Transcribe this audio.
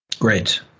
Great